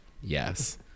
yes